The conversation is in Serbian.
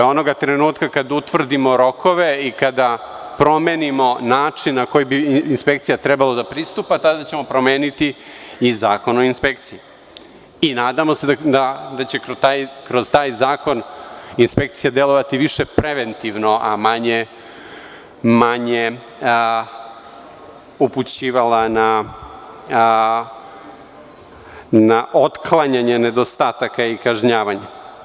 Onoga trenutka kada utvrdimo rokove i kada promenimo način na koji bi inspekcija trebalo da pristupa, tada ćemo promeniti i Zakon o inspekciji i nadamo se da će kroz taj zakon inspekcija delovati više preventivno, a manje upućivati na otklanjanje nedostataka i kažnjavanje.